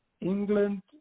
England